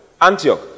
Antioch